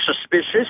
suspicious